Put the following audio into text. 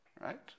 right